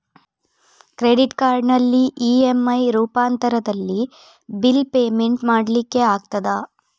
Credit ಕಾರ್ಡಿನಲ್ಲಿ EMI ರೂಪಾಂತರದಲ್ಲಿ bill payment ಮಾಡ್ಲಿಕ್ಕೆ ಆಗ್ತದ?